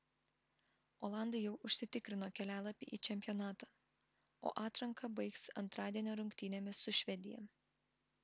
olandai jau užsitikrino kelialapį į čempionatą o atranką baigs antradienio rungtynėmis su švedija